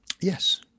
Yes